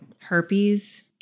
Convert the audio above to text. herpes